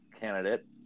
candidate